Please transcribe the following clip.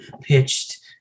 pitched